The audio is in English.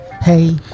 hey